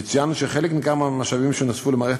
יצוין שחלק ניכר מהמשאבים שנוספו למערכת